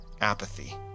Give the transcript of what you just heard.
apathy